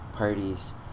parties